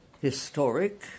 historic